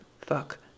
fuck